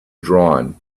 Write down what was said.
drawn